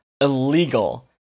illegal